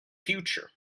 future